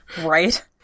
Right